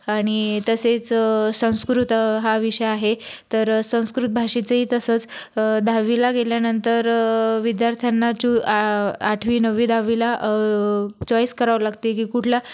आणि तसेच संस्कृत हा विषय आहे तर संस्कृत भाषेचंही तसंच दहावीला गेल्यानंतर विद्यार्थांना चू आठवी नवी दहावीला चॉईस करावी लागते की कुठला